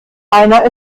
einer